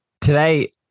Today